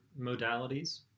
modalities